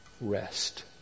rest